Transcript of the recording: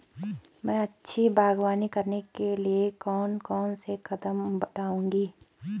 मैं अच्छी बागवानी करने के लिए कौन कौन से कदम बढ़ाऊंगा?